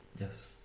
yes